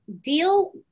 deal